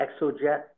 ExoJet